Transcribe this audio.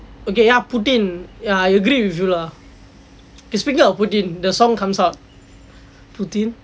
okay yah putin ya I agree with you lah eh speaking of putin the song comes out putin